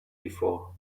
before